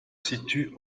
situe